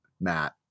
Matt